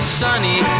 sunny